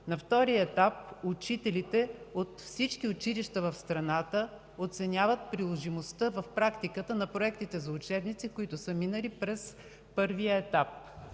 На втория етап учителите от всички училища в страната оценяват приложимостта в практиката на проектите за учебници, които са минали през първия етап.